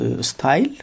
style